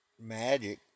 magic